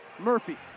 murphy